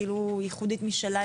כאילו ייחודית משלה,